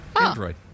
Android